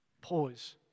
Pause